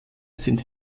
sind